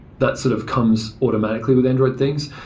that sort of comes automatically with android things.